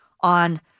on